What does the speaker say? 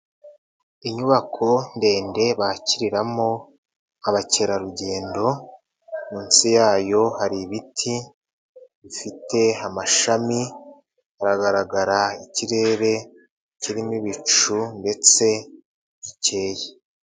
Inyubako ndende bakiriramo abakerarugendo, munsi yayo hari ibiti bifite amashami, haragaragara ikirere kirimo ibicu ndetse gikeye.